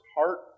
heart